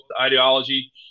ideology